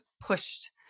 pushed